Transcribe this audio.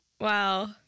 Wow